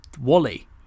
Wally